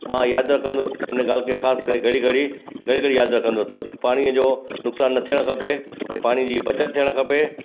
मां यादि रखंदुसि हिन ॻाल्हि खे ख़ासि करे घड़ी घड़ी घड़ी घड़ी यादि रखंदुसि त पाणीअ जो नुक़सान न थियणु खपे ऐं पाणी जी बचति थियणु खपे